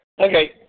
Okay